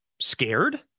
scared